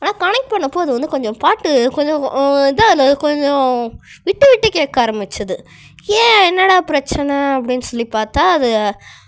ஆனால் கனெக்ட் பண்ணப்போ அது வந்து கொஞ்சம் பாட்டு கொஞ்சம் இதாக இல்லை கொஞ்சம் விட்டுட்டு கேட்க ஆரமிச்சுது ஏன் என்னடா பிரச்சனை அப்படின்னு சொல்லி பார்த்தா அது